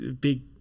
big